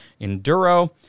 Enduro